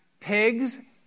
pigs